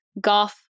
golf